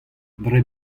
dre